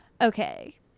Okay